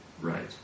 Right